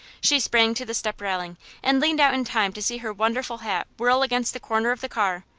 she sprang to the step railing and leaned out in time to see her wonderful hat whirl against the corner of the car,